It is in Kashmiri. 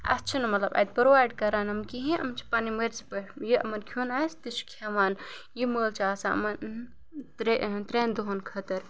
اَتھ چھِنہٕ مطلب اَتہِ پرٛووایڈ کران یِم کِہیٖنۍ یِم چھِ پنٛنہِ مرضی پٮ۪ٹھ یہِ یِمَن کھیٚوان آسہِ تہِ چھِ کھیٚوان یہِ مٲلۍ چھِ آسان یِمَن ترٛےٚ ترٛٮ۪ن دۄہَن خٲطرٕ